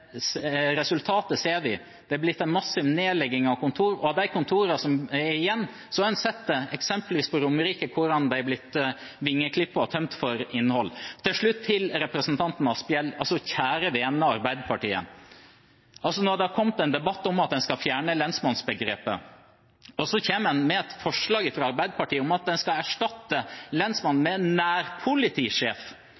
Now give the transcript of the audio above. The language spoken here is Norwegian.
resultatet ser vi: Det har blitt en massiv nedlegging av kontor, og av de kontorene som er igjen, har en sett, eksempelvis på Romerike, hvordan de har blitt vingeklippet og tømt for innhold. Til slutt til representanten Asphjell: Kjære, vene Arbeiderpartiet! Nå har det kommet en debatt om at en skal fjerne lensmannsbegrepet, og så kommer en med et forslag fra Arbeiderpartiet om at en skal erstatte